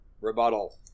rebuttal